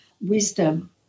wisdom